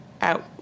out